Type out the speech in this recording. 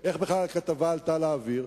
איך בכלל הכתבה עלתה לאוויר?